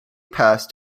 passed